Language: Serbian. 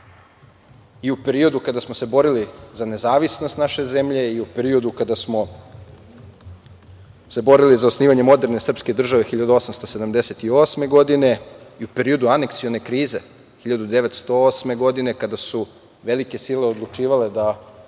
i u periodu kada smo se borili za nezavisnost naše zemlje i u periodu kada smo se borili za osnivanje moderne srpske države, 1878. godine, i u periodu aneksione krize, 1908. godine, kada su velike sile odlučivale da